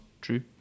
true